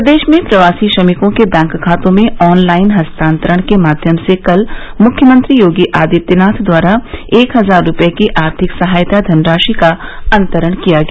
प्रदेश में प्रवासी श्रमिकों के बैंक खातों में ऑनलाइन हस्तांतरण के माध्यम से कल मुख्यमंत्री योगी आदित्यनाथ द्वारा एक हजार रूपये की आर्थिक सहायता धनराशि का अंतरण किया गया